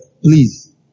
please